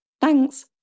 thanks